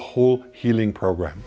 whole healing program